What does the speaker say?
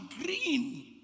green